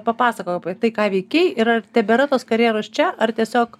papasakok apie tai ką veikei yra tebėra tos karjeros čia ar tiesiog